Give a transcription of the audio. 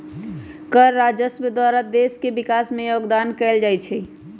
कर राजस्व द्वारा देश के विकास में जोगदान कएल जाइ छइ